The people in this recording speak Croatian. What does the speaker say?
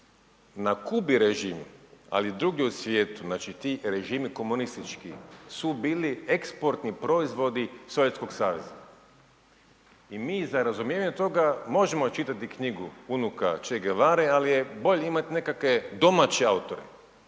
Na Kubi režim, ali i drugdje u svijetu, znači ti režimi komunistički su bili eksportni proizvodi Sovjetskog saveza. I mi za razumijevanje toga možemo čitati knjigu unuka Che Guevare, ali je bolje imati nekakve domaće autore.